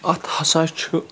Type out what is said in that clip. اَتھ ہَسا چھُ